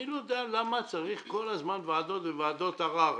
אני לא יודע למה צריך כל הזמן ועדות וועדות ערר.